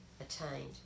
attained